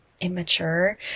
immature